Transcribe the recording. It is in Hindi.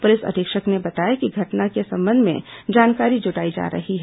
पुलिस अधीक्षक ने बताया कि घटना के संबंध में जानकारी जुटाई जा रही है